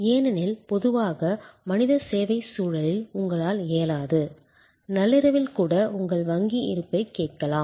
ஏனெனில் பொதுவாக மனித சேவைச் சூழலில் உங்களால் இயலாது நள்ளிரவில் கூட உங்கள் வங்கி இருப்பைக் கேட்கலாம்